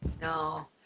No